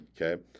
okay